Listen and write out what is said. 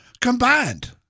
combined